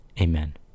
Amen